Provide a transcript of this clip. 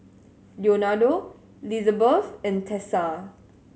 Leonardo Lizabeth and Tessa